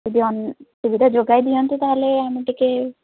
ଯଦି ସୁବିଧା ଯୋଗାଇ ଦିଅନ୍ତେ ତାହେଲେ ଆମେ ଟିକେ